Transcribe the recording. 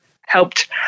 helped